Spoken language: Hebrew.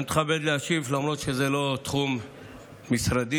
להשיב, למרות שזה לא תחום משרדי.